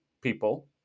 people